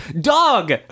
Dog